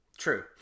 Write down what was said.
true